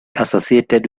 associated